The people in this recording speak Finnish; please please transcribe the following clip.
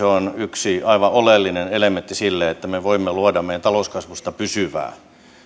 on yksi aivan oleellinen elementti sille että me voimme luoda meidän talouskasvustamme pysyvää